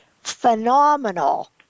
phenomenal